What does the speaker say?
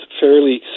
fairly